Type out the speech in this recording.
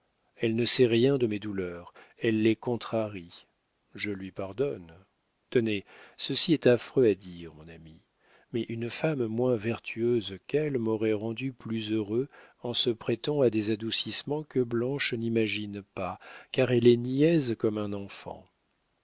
elle ne sait rien de mes douleurs elle les contrarie je lui pardonne tenez ceci est affreux à dire mon ami mais une femme moins vertueuse qu'elle m'aurait rendu plus heureux en se prêtant à des adoucissements que blanche n'imagine pas car elle est niaise comme un enfant